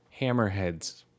hammerheads